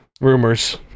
rumors